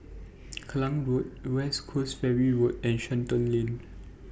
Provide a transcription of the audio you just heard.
Klang Road West Coast Ferry Road and Shenton Lane